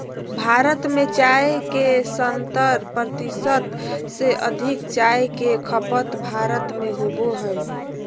भारत में चाय के सत्तर प्रतिशत से अधिक चाय के खपत भारत में होबो हइ